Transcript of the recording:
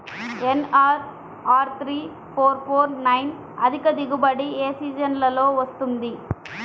NLR three four four four nine అధిక దిగుబడి ఏ సీజన్లలో వస్తుంది?